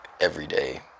everyday